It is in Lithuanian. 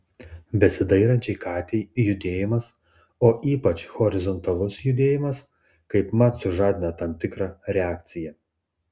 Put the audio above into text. besidairančiai katei judėjimas o ypač horizontalus judėjimas kaipmat sužadina tam tikrą reakciją